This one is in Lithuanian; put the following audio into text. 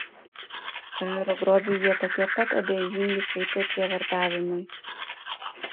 karo grobiui jie tokie pat abejingi kaip ir prievartavimui